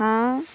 হাঁহ